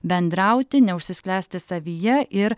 bendrauti neužsisklęsti savyje ir